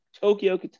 Tokyo